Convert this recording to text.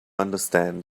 understand